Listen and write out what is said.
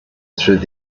through